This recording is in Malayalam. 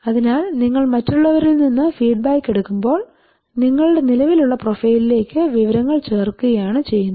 അതിനാൽ നിങ്ങൾ മറ്റുള്ളവരിൽ നിന്ന് ഫീഡ്ബാക്ക് എടുക്കുമ്പോൾ നിങ്ങളുടെ നിലവിലുള്ള പ്രൊഫൈലിലേക്ക് വിവരങ്ങൾ ചേർക്കുകയാണ് ചെയ്യുന്നത്